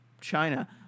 China